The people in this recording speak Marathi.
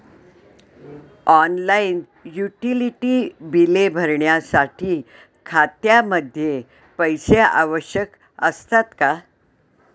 ऑनलाइन युटिलिटी बिले भरण्यासाठी खात्यामध्ये पैसे आवश्यक असतात का?